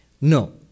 No